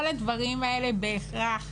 כל הדברים האלה בהכרח